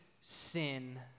sin